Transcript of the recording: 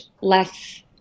less